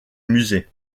musée